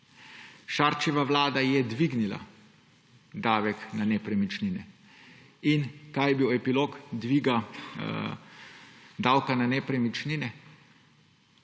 Šarčeva vlada je dvignila davek na nepremičnine. Kaj je bil epilog dviga davka na nepremičnine?